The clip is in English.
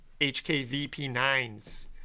hkvp9s